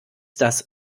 das